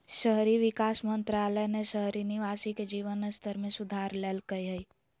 शहरी विकास मंत्रालय ने शहरी निवासी के जीवन स्तर में सुधार लैल्कय हइ